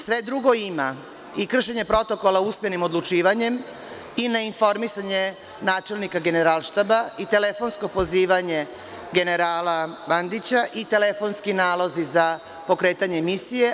Sve drugo ima – i kršenje protokola usmenim odlučivanjem, i neinformisanje načelnika Generalštaba, i telefonsko pozivanje generala Bandića, i telefonski nalozi za pokretanje misije.